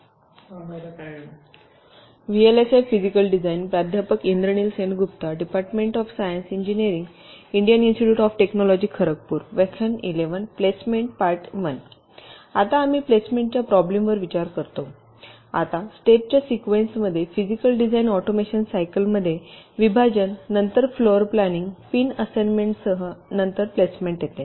आता आम्ही प्लेसमेंटच्या प्रॉब्लेमवर विचार करतो आता स्टेप च्या सिक्वेन्समध्ये फिजिकलडिझाइन ऑटोमेशन सायकलमध्ये विभाजन नंतर फ्लोर प्लॅनिंग पिन असाइनमेंटसह आणि नंतर प्लेसमेंट येते